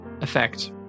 effect